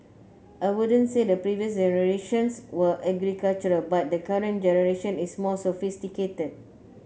I wouldn't say the previous